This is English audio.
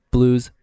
Blues